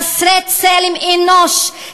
חסרי צלם אנוש,